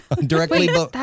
Directly